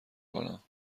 کنم